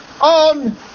on